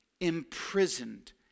imprisoned